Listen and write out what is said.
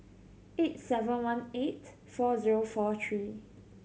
eight seven one eight four zero four three